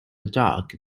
dock